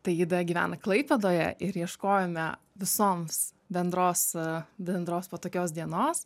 taida gyvena klaipėdoje ir ieškojome visoms bendros bendros patogios dienos